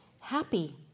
happy